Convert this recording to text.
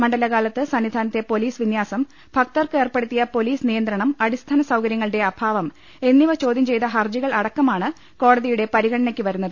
മണ്ഡലകാലത്ത് സന്നിധാനത്തെ പൊലീസ് വിന്യാസം ഭക്തർക്ക് ഏർപ്പെടുത്തിയ പൊലീസ് നിയന്ത്രണം അടിസ്ഥാന സൌകര്യ ങ്ങളുടെ അഭാവം എന്നിവ ചോദ്യം ചെയ്ത ഹർജികൾ അടക്കമാണ് കോട തിയുടെ പരിഗണനയ്ക്ക് വരുന്നത്